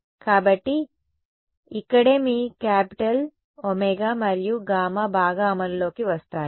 కాబట్టి ఇక్కడే మీ క్యాపిటల్ ఒమేగా మరియు గామా బాగా అమలులోకి వస్తాయి